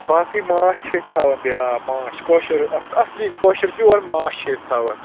باقٕے ماچھ چھِ أسۍ تھاوان یا ماچھ کٲشُر اَص اَصلی کٲشُر پیُور ماچھ چھِ أسۍ تھاوان